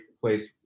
place